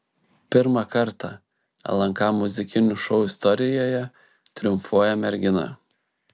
pirmą kartą lnk muzikinių šou istorijoje triumfuoja mergina